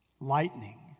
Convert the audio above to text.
lightning